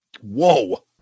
Whoa